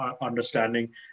understanding